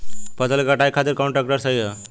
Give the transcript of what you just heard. फसलों के कटाई खातिर कौन ट्रैक्टर सही ह?